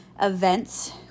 events